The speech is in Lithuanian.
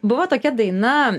buvo tokia daina